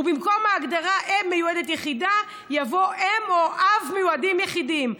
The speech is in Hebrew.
ובמקום ההגדרה "אם מיועדת יחידה" יבוא "אם או אב מיועדים יחידים,